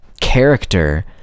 character